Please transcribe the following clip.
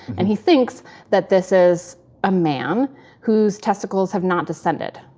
and he thinks that this is a man whose testicles have not descended.